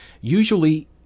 usually